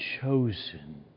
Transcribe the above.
chosen